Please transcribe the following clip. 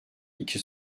iki